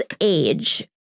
age